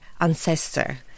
ancestor